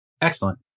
Excellent